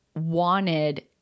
wanted